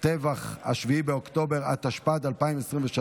טבח 7 באוקטובר, התשפ"ד 2023,